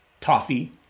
Toffee